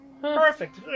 Perfect